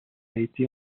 été